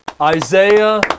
Isaiah